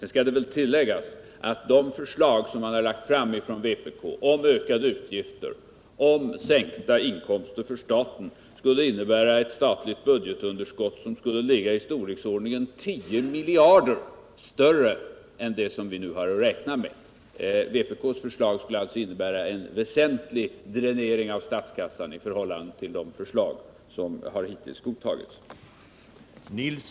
Nu skall det väl tilläggas att de förslag som vpk har lagt fram om ökade utgifter och sänkta inkomster för staten skulle innebära ett budgetunderskott, som skulle vara mer än 4 miljarder kronor större än det som vi nu har att räkna med. Vpk:s förslag skulle alltså innebära en väsentlig dränering av statskassan i förhållande till de förslag som hittills har godtagits.